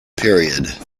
period